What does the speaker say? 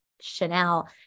Chanel